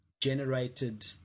generated